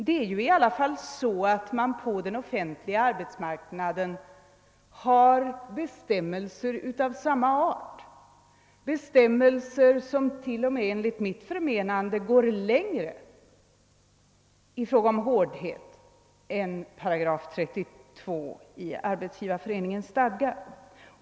Det är i alla fall så att det på den offentliga arbetsmarknaden finns bestämmelser av samma art — bestämmelser som till och med enligt mitt förmenande går längre i fråga om hårdhet än 8 32 i Arbetsgivareföreningens stadgar.